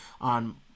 on